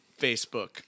Facebook